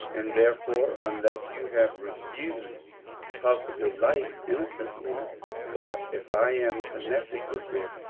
and, there fore, unless you have refused possible light, innocently but if i am connected with it,